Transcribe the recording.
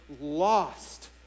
lost